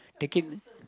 take it